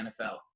nfl